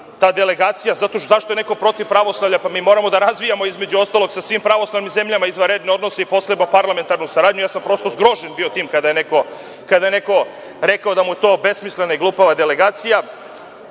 delegacija. Zašto je neko protiv pravoslavlja? Mi moramo da razvijamo sa svim pravoslavnim zemljama izvanredne odnose i parlamentarnu saradnju. Ja sam prosto zgrožen bio sa tim kada je neko rekao da mu je to besmislena i glupava delegacija.